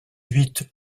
huit